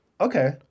Okay